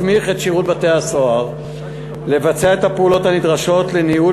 מסמיך את שירות בתי-הסוהר לבצע את הפעולות הנדרשות לניהול